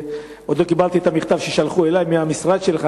עוד לא קיבלתי את המכתב ששלחו אלי מהמשרד שלך.